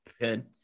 Good